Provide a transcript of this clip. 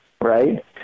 right